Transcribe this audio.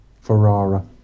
Ferrara